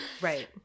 right